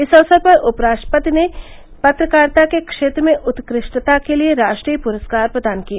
इस अवसर पर उपराष्ट्रपति ने पत्रकारिता के क्षेत्र में उत्कृष्टता के लिए राष्ट्रीय पुरस्कार प्रदान किए